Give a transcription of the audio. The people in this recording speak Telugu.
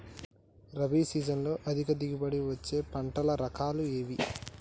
రబీ సీజన్లో అధిక దిగుబడి వచ్చే పంటల రకాలు ఏవి?